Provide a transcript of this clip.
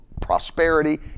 prosperity